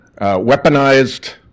weaponized